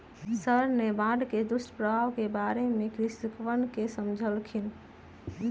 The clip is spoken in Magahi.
सर ने बाढ़ के दुष्प्रभाव के बारे में कृषकवन के समझल खिन